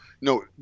No